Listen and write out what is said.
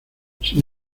sin